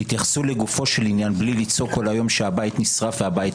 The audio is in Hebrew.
תתייחסו לגופו של עניין בלי לצעוק כל היום שהבית נשרף והבית